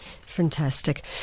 Fantastic